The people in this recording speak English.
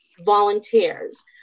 volunteers